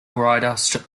writer